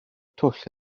twll